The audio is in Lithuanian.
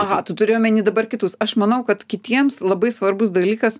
aha tu turi omeny dabar kitus aš manau kad kitiems labai svarbus dalykas